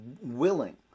willing